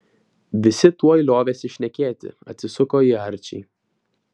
visi tuoj liovėsi šnekėti atsisuko į arčį